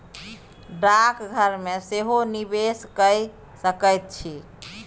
डाकघर मे सेहो निवेश कए सकैत छी